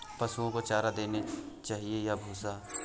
पशुओं को चारा देना चाहिए या भूसा?